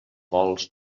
vols